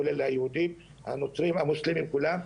כולל היהודים והמוסלמים כולם.